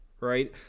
right